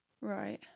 right